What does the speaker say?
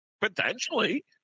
Potentially